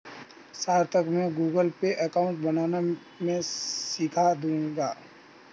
सार्थक को Google Pay account बनाना मैं सीखा दूंगा